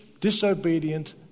disobedient